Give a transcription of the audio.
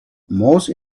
most